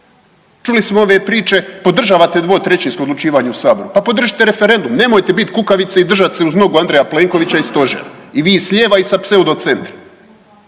Čuli smo ove priče podržavate dvotrećinsko odlučivanje u saboru, pa podržite referendum. Nemojte bit kukavice i držat se uz nogu Andreja Plenkovića i stožera i vi s lijeva i sa pseudo centra.